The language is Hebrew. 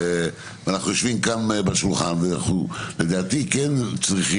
ממשלה ואנחנו יושבים כאן בשולחן ולדעתי אנחנו כן צריכים,